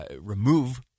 remove